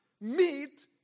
meet